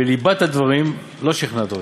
בליבת הדברים לא שכנעת אותי,